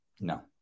No